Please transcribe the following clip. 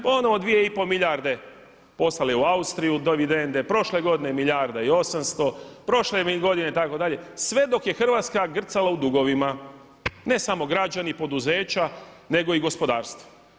Ponovo 2,5 milijarde poslali u Austriju dividende, prošle godine milijarda i 800, prošle godine itd., sve dok je Hrvatska grcala u dugovima, ne samo građani i poduzeća nego i gospodarstvo.